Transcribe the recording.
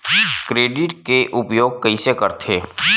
Credit के उपयोग कइसे करथे?